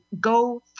go